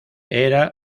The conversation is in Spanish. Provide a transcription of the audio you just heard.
era